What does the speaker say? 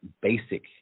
basic